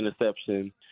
interception